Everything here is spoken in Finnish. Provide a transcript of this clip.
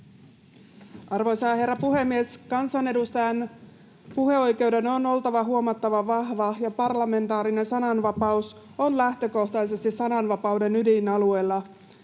Arvoisa herra puhemies! Kansanedustajan puheoikeuden on oltava huomattavan vahva, ja parlamentaarinen sananva-paus on lähtökohtaisesti sananvapauden ydinalueella.